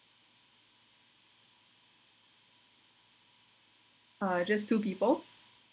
uh just two people